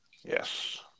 Yes